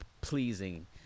pleasing